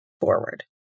forward